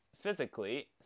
physically